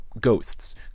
ghosts